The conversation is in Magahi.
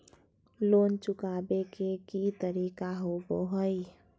लोन चुकाबे के की तरीका होबो हइ?